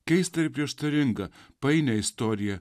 keistą ir prieštaringą painią istoriją